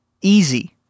Easy